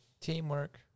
Teamwork